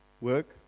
Work